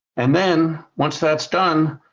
and then, once that's done,